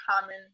common